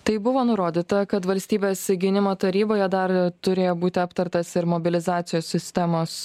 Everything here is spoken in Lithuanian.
tai buvo nurodyta kad valstybės gynimo taryboje dar turėjo būti aptartas ir mobilizacijos sistemos